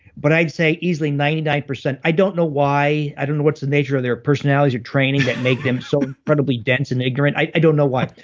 but i'd say easily ninety nine, i don't know why, i don't know what's the nature of their personalities or training that make them so incredibly dense and ignorant. i don't know why.